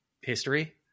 history